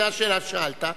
זו השאלה ששאלת,